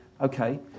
okay